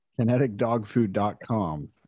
kineticdogfood.com